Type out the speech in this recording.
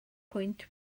pwynt